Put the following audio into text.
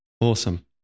Awesome